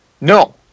No